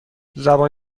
زبان